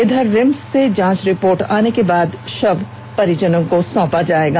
इधर रिम्स से जांच रिपोर्ट आने के बाद ही शव परिजनों को सौंपा जाएगा